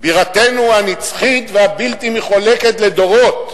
בירתנו הנצחית והבלתי-מחולקת לדורות.